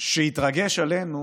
שיתרגש עלינו